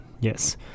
yes